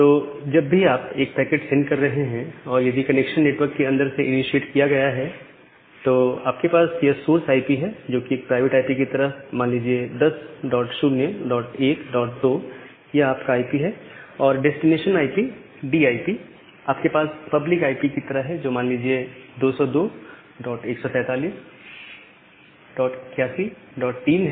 तो जब भी आप एक पैकेट सेंड कर रहे हैं और यदि कनेक्शन नेटवर्क के अंदर से इनीशिएट किया गया है तब आपके पास यह सोर्स आईपी है जो कि एक प्राइवेट आईपी की तरह है मान लीजिए 10012 यह आपका आईपी है और डेस्टिनेशन आईपी आपके पब्लिक आईपी की तरह है जो मान लीजिए 202141813 है